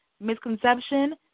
Misconception